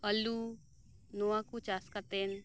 ᱟᱹᱞᱩ ᱱᱚᱣᱟᱠᱚ ᱪᱟᱥᱠᱟᱛᱮᱱ